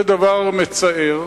זה דבר מצער.